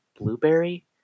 blueberry